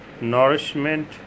nourishment